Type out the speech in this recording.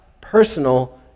personal